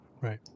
Right